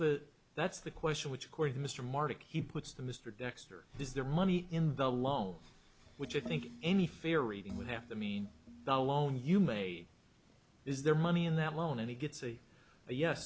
the that's the question which according to mr mark he puts to mr dexter is there money in the loan which i think any fair reading would have to mean the loan you may is there money in that loan and he gets a yes